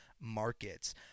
Markets